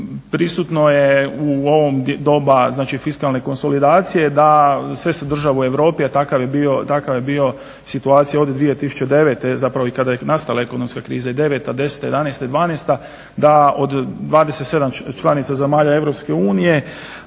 Prisutno u ovo doba fiskalne konsolidacije da sve se države u Europi, a takva je bila situacija od 2009. zapravo i kada je nastala ekonomska kriza '09., '10., '11. i '12., da od 27 članica zemalja Europske unije